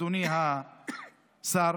אדוני השר?